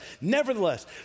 Nevertheless